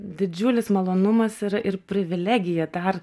didžiulis malonumas yra ir privilegija dar